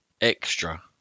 extra